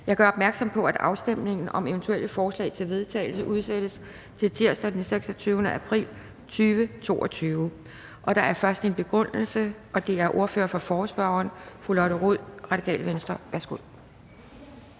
Jeg gør opmærksom på, at afstemning om eventuelle forslag til vedtagelse udsættes til tirsdag den 26. april 2022. Det er først ordføreren for forespørgerne, fru Lotte Rod, Radikale Venstre, for en